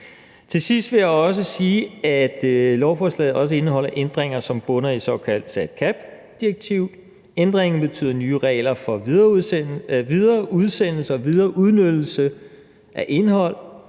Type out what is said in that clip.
Til sidst vil jeg sige, at lovforslaget også indeholder ændringer, som bunder i det såkaldte SatCabII-direktiv. Ændringerne betyder nye regler for videreudsendelse og videreudnyttelse af indhold,